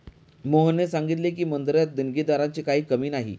मोहनने सांगितले की, मंदिरात देणगीदारांची काही कमी नाही